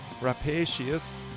Rapacious